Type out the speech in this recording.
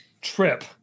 trip